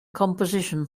composition